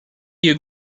you